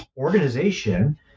organization